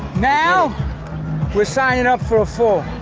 now we're signing up for a full.